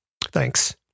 thanks